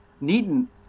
needn't